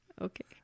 okay